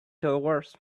towards